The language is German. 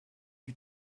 die